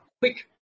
quick